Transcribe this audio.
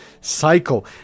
cycle